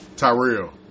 Tyrell